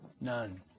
None